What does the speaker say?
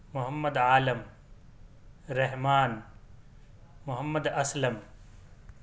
Muhammad Alam Rahman Mohammad Aslam